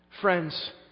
Friends